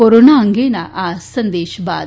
corona અંગેના આ સંદેશ બાદ